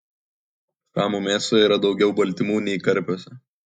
šamų mėsoje yra daugiau baltymų nei karpiuose